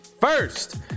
First